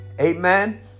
Amen